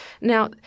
Now